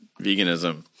veganism